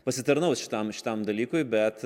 pasitarnaus šitam šitam dalykui bet